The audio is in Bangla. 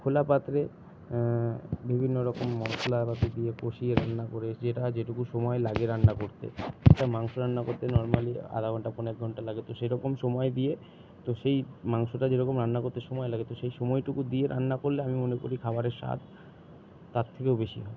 খোলা পাত্রে বিভিন্নরকম মশলাপাতি দিয়ে কষিয়ে রান্না করে যেটা যেটুকু সময় লাগে রান্না করতে একটা মাংস রান্না করতে নরমালি আধা ঘন্টা পৌনে এক ঘন্টা লাগে তো সেরকম সময় দিয়ে তো সেই মাংসটা যেরকম রান্না করতে সময় লাগে তো সেই সময়টুকু দিয়ে রান্না করলে আমি মনে করি খাবারের স্বাদ তার থেকেও বেশি হয়